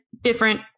different